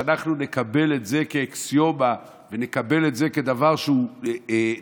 שאנחנו נקבל את זה כאקסיומה ונקבל את זה כדבר שהוא לגיטימי